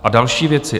A další věci.